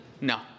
No